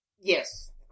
Yes